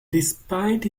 despite